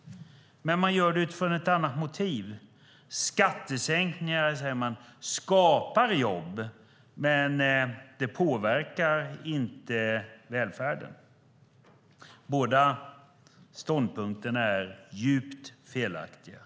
Man gör det med ett annat motiv. Skattesänkningar, säger man, skapar jobb, men de påverkar inte välfärden. Båda ståndpunkterna är djupt felaktiga.